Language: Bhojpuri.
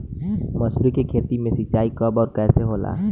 मसुरी के खेती में सिंचाई कब और कैसे होला?